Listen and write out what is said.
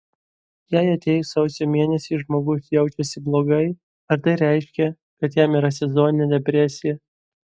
jei atėjus sausio mėnesiui žmogus jaučiasi blogai ar tai reiškia kad jam yra sezoninė depresija